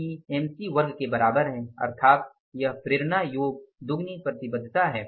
E MC वर्ग के बराबर है अर्थात यह प्रेरणा योग दुगनी प्रतिबद्धता है